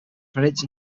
credits